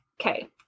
okay